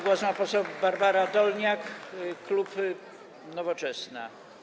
Głos ma poseł Barbara Dolniak, klub Nowoczesna.